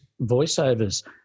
voiceovers